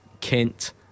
Kent